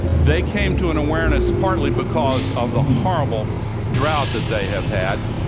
they came to an awareness partly because of the horrible drought that they have had.